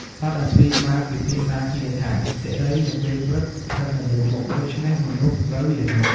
សត្វឥន្ទ្រីបានពិភាក្សាគ្នាថា សិរីនៅពេលព្រឹកស្ថិតនៅលើផ្ទៃមុខ ដូច្នេះមនុស្សត្រូវលាងមុខ។